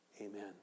Amen